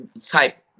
type